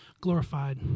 glorified